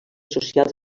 socials